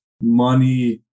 money